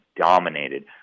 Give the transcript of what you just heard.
dominated